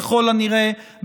ככל הנראה,